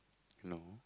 hello